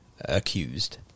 accused